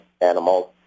animals